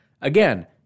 Again